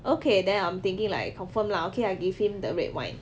okay then I'm thinking like confirm lah okay I gave him the red wine